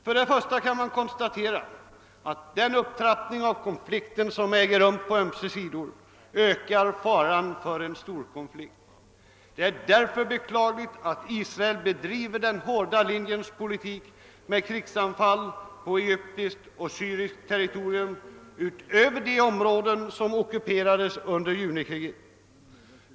För det första kan man konstatera att den upptrappning av konflikten som äger rum på ömse sidor ökar faran för storkonflikt. Det är därför beklagligt att Israel bedriver den hårda linjens politik med militära anfall på egyptiskt och syriskt territorium utöver de områden som ockuperades under junikriget.